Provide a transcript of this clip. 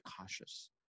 cautious